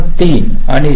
3 आणि 0